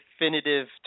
definitive